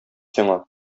сиңа